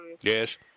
Yes